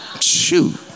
Shoot